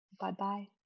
Bye-bye